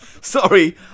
Sorry